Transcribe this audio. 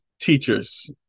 teachers